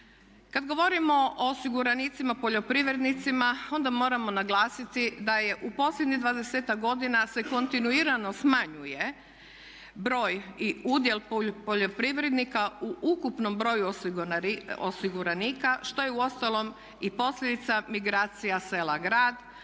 Kad govorimo o osiguranicima poljoprivrednicima onda moramo naglasiti da u posljednjih 20-ak godina se kontinuirano smanjuje broj i udjel poljoprivrednika u ukupnom broju osiguranika što je uostalom i posljedica migracija sela-grad,